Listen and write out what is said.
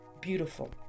Beautiful